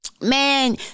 man